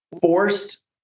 forced